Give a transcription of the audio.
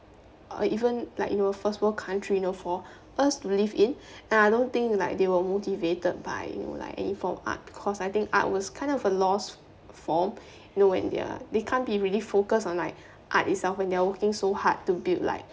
uh even like in our first world country you know for us to live in and I don't think like they were motivated by you know like any form of art cause art was kind of like a lost form you know when they're they can't be really focus on art itself and they are working so hard to build like